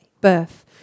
birth